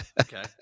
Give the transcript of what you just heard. Okay